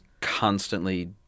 constantly